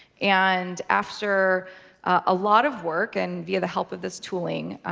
and after a lot of work and via the help of this tooling,